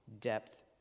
depth